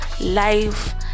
life